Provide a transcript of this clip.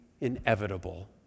inevitable